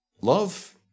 love